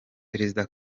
perezida